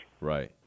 Right